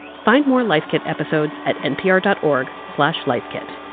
find more life kit episodes at npr dot org slash lifekit.